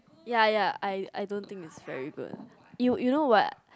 ya ya I I don't think it's very good you you know what